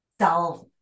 self